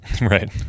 Right